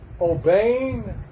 obeying